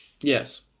Yes